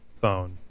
phone